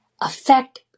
affect